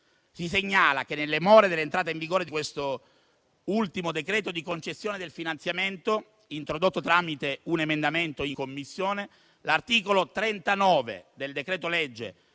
Si segnala che, nelle more dell'entrata in vigore di quest'ultimo decreto di concessione del finanziamento, introdotto tramite un emendamento in Commissione, l'articolo 39 del decreto-legge